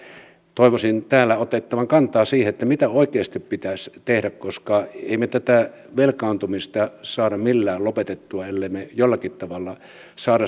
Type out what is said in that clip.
toivoisin täällä otettavan kantaa siihen mitä oikeasti pitäisi tehdä koska emme me tätä velkaantumista saa millään lopetettua ellemme jollakin tavalla saa